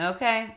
Okay